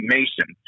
Mason